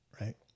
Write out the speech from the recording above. right